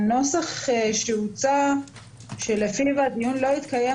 הנוסח שהוצע שלפיו הדיון לא יתקיים